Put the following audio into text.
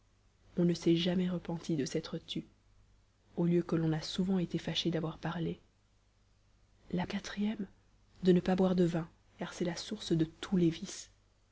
on ne s'est jamais repenti de s'être tu au lieu que l'on a souvent été fâché d'avoir parlé la quatrième de ne pas boire de vin car c'est la source de tous les vices